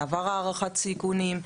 עבר הערכת סיכונים,